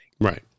right